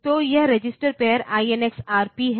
तो यह register pair INX Rp है